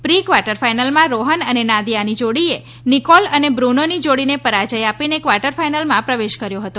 pre quarter ફાઈનલમાં રોહન અને નાદીયાની જોડીએ નિકોલ અને બ્રુનોની જોડીને પરાજય આપીને ક્વાર્ટર ફાઈનલમાં પ્રવેશ કર્યો હતો